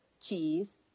cheese